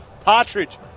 Partridge